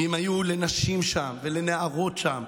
ואם הייתה לנשים שם ולנערות שם